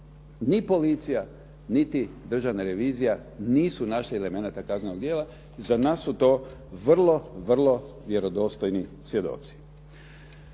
Ni policija, niti Državna revizija nisu našli elemenata kaznenog djela i za nas su to vrlo vjerodostojni svjedoci.